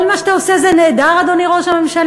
כל מה שאתה עושה זה נהדר, אדוני ראש הממשלה?